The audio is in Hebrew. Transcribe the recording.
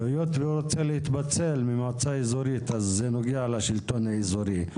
והיות והוא רוצה להתפצל ממועצה אזורית אז זה נוגע לשלטון האזורי.